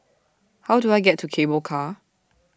How Do I get to Cable Car